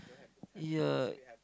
yea